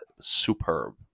superb